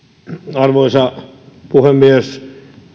arvoisa puhemies